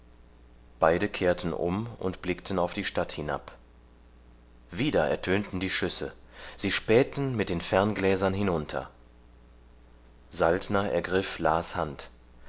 beide kehrten um und blickten auf die stadt hinab wieder ertönten die schüsse sie spähten mit den ferngläsern hinunter saltner ergriff las hand